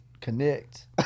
connect